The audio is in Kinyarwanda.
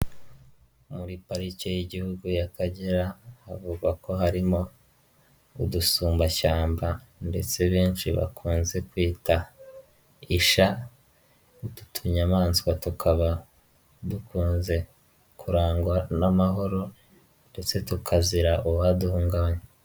Muri Parike y'Igihugu y'Akagera bavuga ko harimo udusumbashyamba ndetse benshi bakunze kwita ishya, utu tunyamaswa tukaba dukunze kurangwa n'amahoro ndetse tukazira uwaduhugabanya.